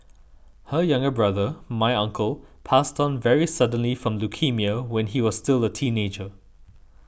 her younger brother my uncle passed on very suddenly from leukaemia when he was still a teenager